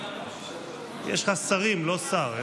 יש לך שרים, לא שר.